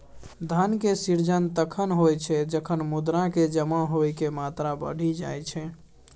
धन के सृजन तखण होइ छै, जखन मुद्रा के जमा होइके मात्रा बढ़ि जाई छै